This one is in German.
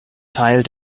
teil